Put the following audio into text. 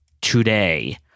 today